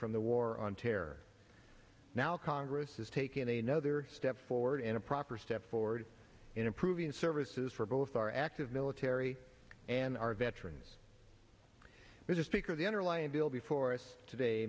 from the war on terror now congress is taking a another step forward and a proper step forward in improving services for both our active military and our veterans mr speaker the underlying bill before us today